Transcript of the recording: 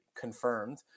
confirmed